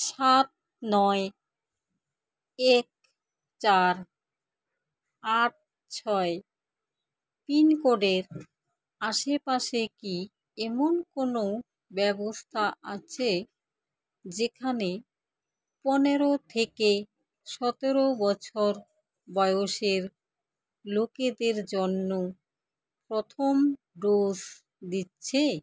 সাত নয় এক চার আট ছয় পিনকোডের আশেপাশে কি এমন কোনো ব্যবস্থা আছে যেখানে পনেরো থেকে সতেরো বছর বয়সের লোকেদের জন্য প্রথম ডোস দিচ্ছে